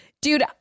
Dude